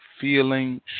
feeling